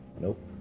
Nope